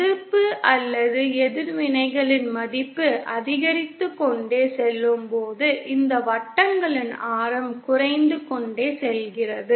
எதிர்ப்பு அல்லது எதிர்வினைகளின் மதிப்பு அதிகரித்துக்கொண்டே செல்லும்போது இந்த வட்டங்களின் ஆரம் குறைந்து கொண்டே செல்கிறது